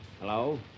Hello